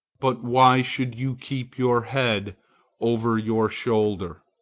but why should you keep your head over your shoulder?